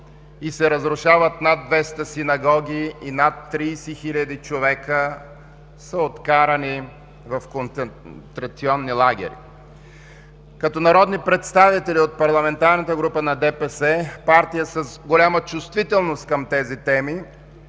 и се разрушават над 200 синагоги и над 30 хиляди човека са откарани в концентрационни лагери. Като народни представители от Парламентарната група на ДПС – партия с голяма чувствителност към тези теми,